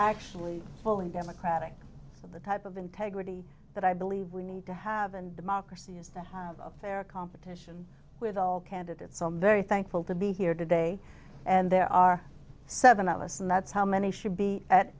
actually fully democratic of the type of integrity that i believe we need to have and democracies to have a fair competition with all candidates i'm very thankful to be here today and there are seven of us and that's how many should be at